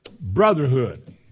brotherhood